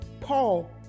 Paul